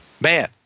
man